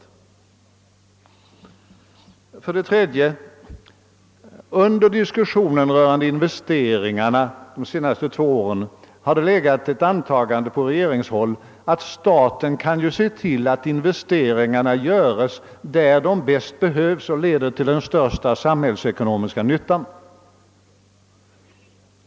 : Den tredje slutsatsen gäller det faktum att dei bakom diskussionen rörande investeringarna under de senaste två åren har legat ett antagande på regeringshåll att staten har möjlighet att se till att investeringarna görs där de bäst behövs och där de medför den största samhällsekonomiska nyttan.